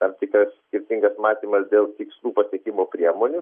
tam tikras skirtingas matymas dėl tikslų pasiekimo priemonių